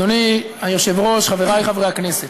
אדוני היושב-ראש, חברי חברי הכנסת,